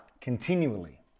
continually